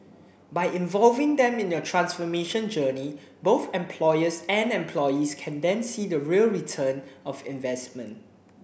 by involving them in your transformation journey both employers and employees can then see the real return of investment